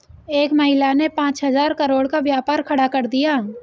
एक महिला ने पांच हजार करोड़ का व्यापार खड़ा कर दिया